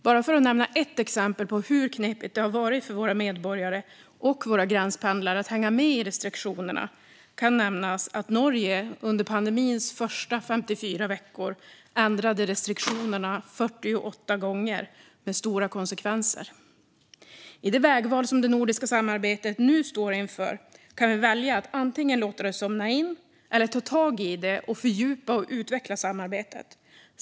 Låt mig nämna ett exempel på hur knepigt det har varit för våra medborgare och våra gränspendlare att hänga med i restriktionerna. Under pandemins första 54 veckor ändrade Norge restriktionerna 48 gånger med stora konsekvenser som följd. I det vägval som det nordiska samarbetet nu står inför kan vi välja att antingen låta det somna in eller ta tag i det och fördjupa och utveckla samarbetet.